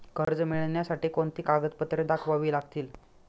कर्ज मिळण्यासाठी कोणती कागदपत्रे दाखवावी लागतील?